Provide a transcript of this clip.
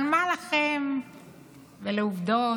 אבל מה לכם ולעובדות?